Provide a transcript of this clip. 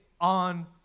on